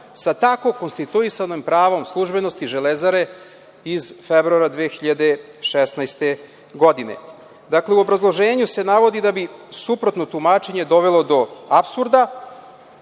sa tako konstituisanim pravom službenosti „Železare“ iz februara 2016. godine.U obrazloženju se navodi da bi suprotno tumačenje dovelo do apsurda,